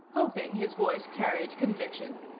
hoping his voice carried conviction.